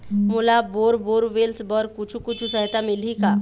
मोला bore borewells बर कुछू कछु सहायता मिलही का?